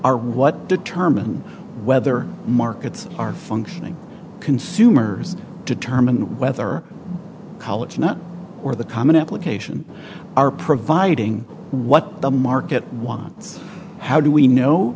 are what determine whether markets are functioning consumers determine whether college or not or the common application are providing what the market wants how do we know